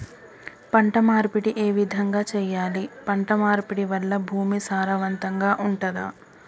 పంట మార్పిడి ఏ విధంగా చెయ్యాలి? పంట మార్పిడి వల్ల భూమి సారవంతంగా ఉంటదా?